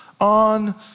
on